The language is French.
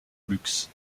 luxe